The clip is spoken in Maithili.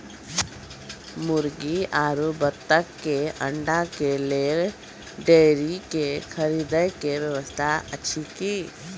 मुर्गी आरु बत्तक के अंडा के लेल डेयरी के खरीदे के व्यवस्था अछि कि?